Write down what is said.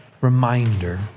reminder